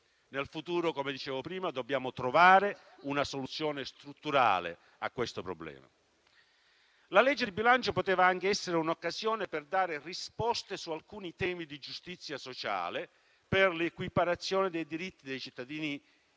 Nel futuro, come dicevo prima, dobbiamo trovare una soluzione strutturale a questo problema. La legge di bilancio poteva anche essere un'occasione per dare risposte su alcuni temi di giustizia sociale, per l'equiparazione dei diritti dei cittadini